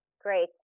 Great